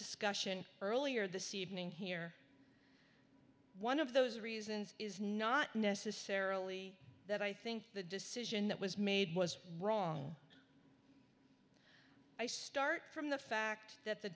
discussion earlier this evening here one of those reasons is not necessarily that i think the decision that was made was wrong i start from the fact that the